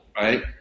right